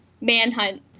manhunt